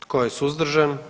Tko je suzdržan?